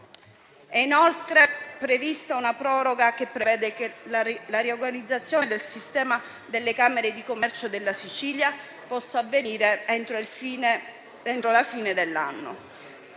È inoltre prevista una proroga che prevede che la riorganizzazione del sistema delle camere di commercio della Sicilia possa avvenire entro la fine dell'anno.